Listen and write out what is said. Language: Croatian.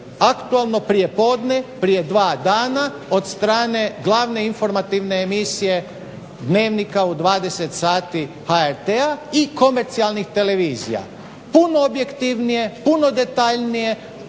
aktualno prijepodne prije dva dana od strane glavne Informativne emisije "Dnevnika" u 20,00 HRT-a i komercijalnih televizija. Puno objektivnije, puno detaljnije